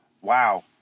wow